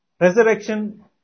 resurrection